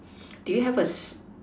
do you have a Si